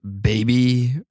baby